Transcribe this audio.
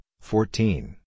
fourteen